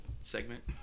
segment